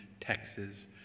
Texas